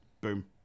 Boom